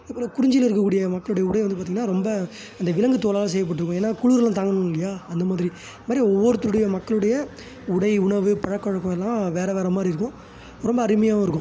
அப்புறம் குறிஞ்சியில் இருக்கக் கூடிய மக்களுடைய உடையை வந்து பார்த்தீங்கன்னா ரொம்ப அந்த விலங்குத் தோலால் செய்யப்பட்டுருக்கும் ஏன்னால் குளிரெல்லாம் தாங்கணும்மில்லியா அந்த மாதிரி இதுமாதிரி ஒவ்வொருத்தருடைய மக்களுடைய உடை உணவு பழக்கவழக்கம் எல்லாம் வேறு வேறு மாதிரி இருக்கும் ரொம்ப அருமையாகவும் இருக்கும்